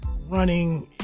running